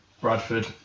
Bradford